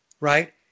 Right